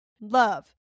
love